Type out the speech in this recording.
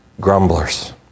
grumblers